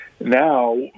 Now